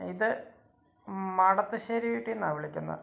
ഇത് മാടത്തശ്ശേരി വീട്ടിന്നാ വിളിക്കുന്നത്